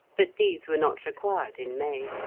but these were not required in may.